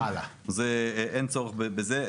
אין צורך בזה.